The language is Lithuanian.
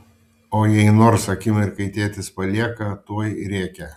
o jei nors akimirkai tėtis palieka tuoj rėkia